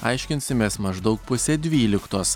aiškinsimės maždaug pusė dvyliktos